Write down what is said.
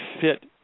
fit